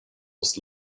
was